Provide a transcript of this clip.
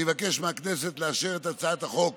אני מבקש מהכנסת לאשר את הצעת החוק